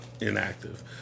inactive